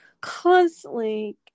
constantly